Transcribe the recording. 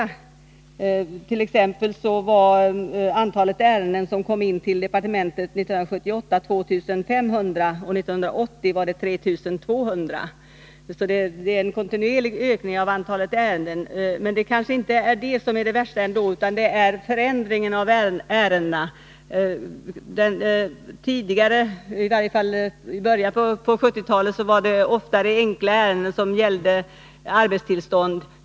Så var t.ex. antalet ärenden som 1978 kom in till departementet 2 500. 1980 var antalet ärenden 3 200. Det är således en kontinuerlig ökning av antalet ärenden. Det kanske ändå inte är detta som är det värsta utan förändringen av ärendena. Tidigare, i varje fall i början på 1970-talet, var det ofta enkla ärenden som gällde arbetstillstånd.